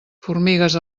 formigues